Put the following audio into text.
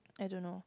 I don't know